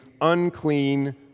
unclean